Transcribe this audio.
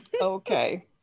okay